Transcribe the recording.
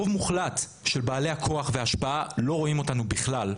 הרוב המוחלט של בעלי הכוח וההשפעה לא רואים אותנו בכלל.